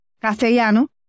Castellano